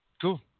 Cool